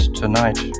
tonight